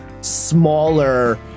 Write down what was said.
smaller